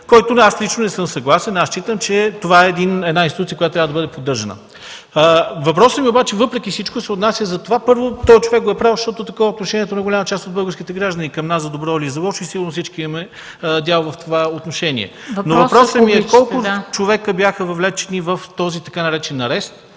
който аз лично не съм съгласен. Аз считам, че това е една институция, която трябва да бъде поддържана. Въпросът ми обаче, въпреки всичко, се отнася до това. Първо, този човек го е правил, защото такова е отношението на голяма част от българските граждани към нас за добро или за лошо. Сигурно всички имаме дял в това отношение. ПРЕДСЕДАТЕЛ МЕНДА СТОЯНОВА: Въпросът, ако обичате.